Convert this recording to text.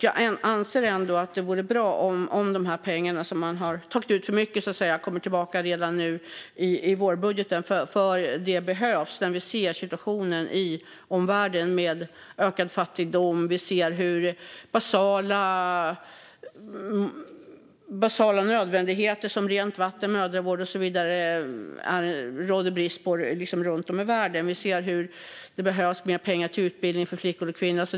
Jag anser att det vore bra om de pengar som man så att säga har tagit ut för mycket kommer tillbaka redan nu i vårbudgeten, för det behövs. Vi ser ju hur situationen är i omvärlden med ökad fattigdom. Vi ser hur det råder brist på basala nödvändigheter som rent vatten, mödravård och så vidare runt om i världen. Vi ser hur det behövs mer pengar till utbildning för flickor och kvinnor.